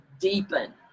deepen